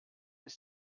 ist